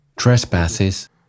trespasses